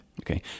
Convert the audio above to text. Okay